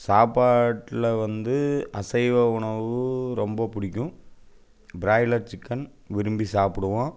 சாப்பாட்டில் வந்து அசைவ உணவு ரொம்ப பிடிக்கும் பிராய்லர் சிக்கன் விரும்பி சாப்பிடுவோம்